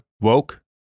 Woke